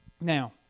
Now